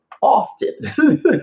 often